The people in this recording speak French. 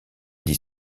dit